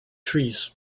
trees